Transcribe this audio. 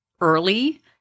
early